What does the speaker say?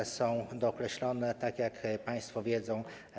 One są dookreślone, tak jak państwo wiedzą.